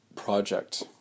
project